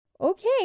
Okay